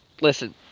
listen